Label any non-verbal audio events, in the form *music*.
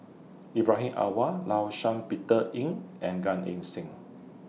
Ibrahim Awang law *unintelligible* Peter Eng and Gan Eng Seng